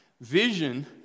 Vision